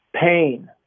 pain